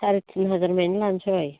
साराय तिन हाजारमानि लानसै